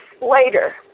later